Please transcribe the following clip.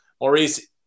Maurice